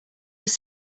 were